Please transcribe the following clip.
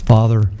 Father